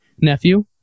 nephew